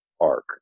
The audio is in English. arc